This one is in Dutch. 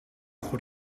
goed